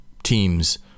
teams